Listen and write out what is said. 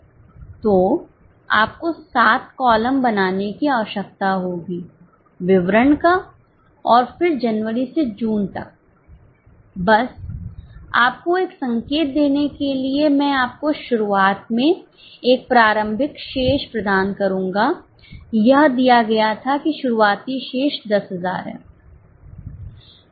तो आपको 7 कॉलम बनाने की आवश्यकता होगी विवरण का और फिर जनवरी से जून तक बस आपको एक संकेत देने के लिए मैं आपको शुरुआत में एक प्रारंभिक शेष प्रदान करूंगा यह दिया गया था कि शुरुआती शेष 10000 हैं